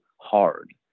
hard